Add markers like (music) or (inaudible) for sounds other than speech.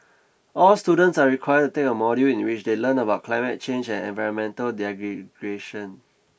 all students are required to take a module in which they learn about climate change and environmental (unintelligible) degradation